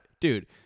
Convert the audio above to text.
dude